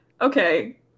okay